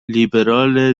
لیبرال